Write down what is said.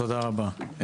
תודה רבה.